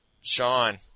Sean